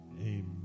Amen